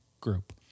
group